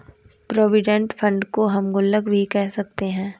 provident fund को हम गुल्लक भी कह सकते हैं